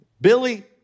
Billy